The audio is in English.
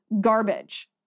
garbage